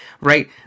right